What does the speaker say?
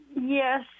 Yes